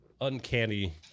uncanny